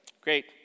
great